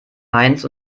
mainz